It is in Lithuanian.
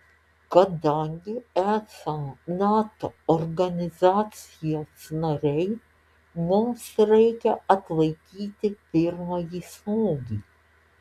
kadangi esam nato organizacijos nariai mums reikia atlaikyti pirmąjį smūgį